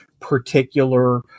particular